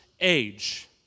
age